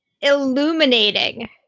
illuminating